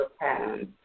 patterns